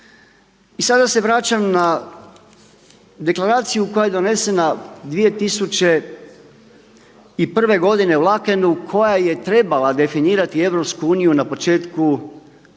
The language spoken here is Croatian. I sada se vraćam na deklaraciju koja je donesena 2001. godine u Laekenu koja je trebala definirati EU na početku 21.